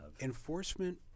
enforcement